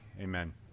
Amen